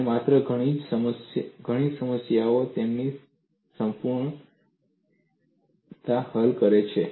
અને માત્ર ઘણી જ સમસ્યાઓ લોકોએ તેને તેની સંપૂર્ણતામાં હલ કરી છે